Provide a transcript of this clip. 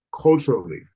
culturally